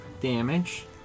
damage